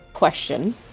question